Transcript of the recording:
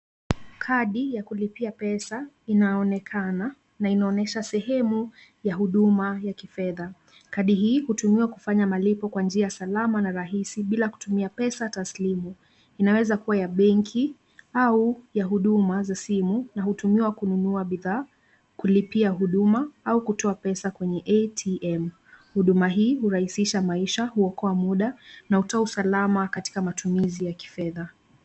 Kadi ya kulipia pesa inaonekana na inaonyesha sehemu ya huduma ya kifedha. Kadi hii hutumiwa kufanya malipo kwa njia salama na rahisi bila kutumia pesa taslimu, inaweza kuwa ya bengi au ya huduma za simu na hutumiwa kununua bidhaa, kulipia huduma au kutoa pesa kwenye ATM. Huduma hii hurahisisha maisha uokoa muda na hutoa usalama katika matumizi ya kifedha.